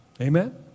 Amen